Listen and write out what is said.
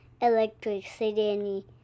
electricity